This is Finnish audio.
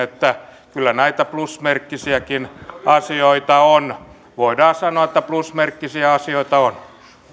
niin että kyllä näitä plusmerkkisiäkin asioita on voidaan sanoa että plusmerkkisiä asioita on